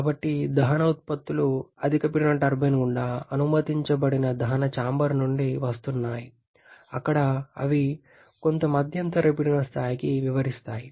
కాబట్టి దహన ఉత్పత్తులు అధిక పీడన టర్బైన్ గుండా అనుమతించబడిన దహన చాంబర్ నుండి వస్తున్నాయి అక్కడ అవి కొంత మధ్యంతర పీడన స్థాయికి విస్తరిస్తాయి